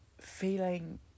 feeling